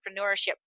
entrepreneurship